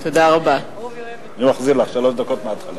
אני מחזיר לך שלוש דקות מההתחלה.